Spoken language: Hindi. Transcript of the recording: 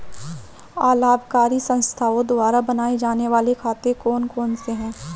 अलाभकारी संस्थाओं द्वारा बनाए जाने वाले खाते कौन कौनसे हैं?